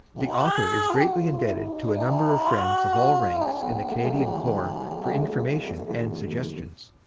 the author is greatly indebted to a number of friends of all ranks in the canadian corps for information and sugges tions.